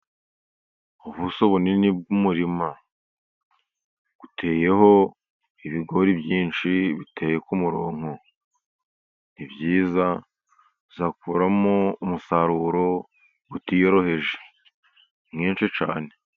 Ubuso bunini bw'umurima, buteyeho ibigori byinshi biteye ku murongo. Ni byiza bazakuramo umusaruro utiyoroheje mwinshi cyane.